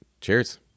Cheers